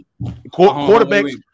Quarterbacks